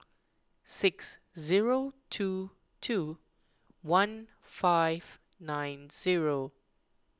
six zero two two one five nine zero